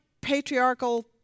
patriarchal